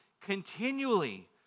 continually